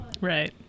Right